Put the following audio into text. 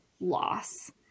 loss